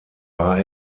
war